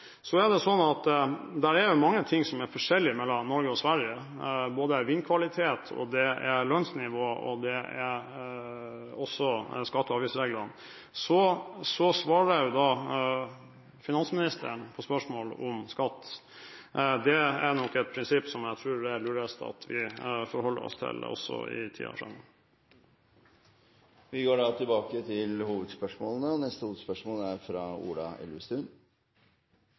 Det er mange forskjeller mellom Norge og Sverige, både når det gjelder vindkvalitet, lønnsnivå og skatte- og avgiftsregler. Finansministeren svarer på spørsmål om skatt, og det er nok et prinsipp som jeg tror det er lurest at vi forholder oss til også i tiden framover. Vi går videre til neste hovedspørsmål. Mitt spørsmål går også til olje- og